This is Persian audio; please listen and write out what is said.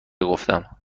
گفتم